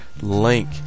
link